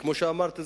כמו שאמרת,